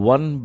One